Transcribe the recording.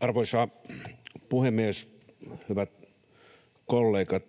Arvoisa puhemies, hyvät kollegat!